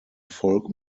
folk